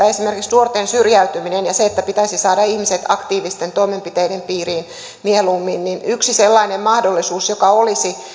esimerkiksi nuorten syrjäytyminen ja se että pitäisi saada ihmiset aktiivisten toimenpiteiden piiriin mieluummin yksi sellainen mahdollisuus joka olisi